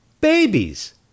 Babies